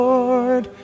Lord